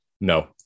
no